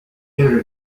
dinner